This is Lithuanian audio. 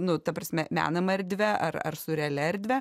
nu ta prasme menama erdve ar ar su realia erdve